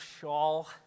shawl